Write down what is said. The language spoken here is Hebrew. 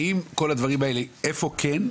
האם כל הדברים האלה איפה כן?